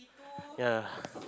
yeah